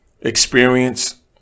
experience